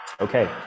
Okay